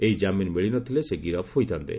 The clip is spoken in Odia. ଏହି ଜାମିନ୍ ମିଳିନଥିଲେ ସେ ଗିରଫ୍ ହୋଇଥାନ୍ତେ